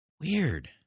Weird